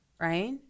right